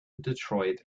detroit